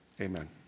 amen